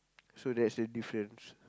so that's the difference